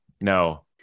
No